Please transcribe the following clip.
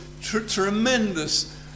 tremendous